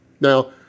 Now